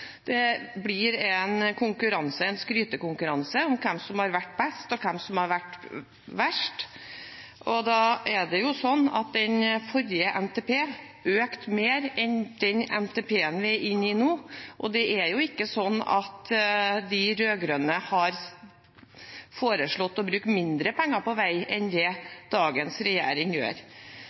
Det blir en konkurranse, en skrytekonkurranse, om hvem som har vært best, og hvem som har vært verst. Da er det sånn at forrige NTP økte mer enn den NTP-en vi er inne i nå, og de rød-grønne har ikke foreslått å bruke mindre penger på vei enn det dagens regjering gjør.